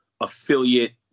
affiliate